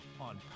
on